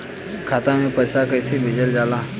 खाता में पैसा कैसे भेजल जाला?